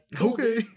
okay